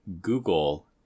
Google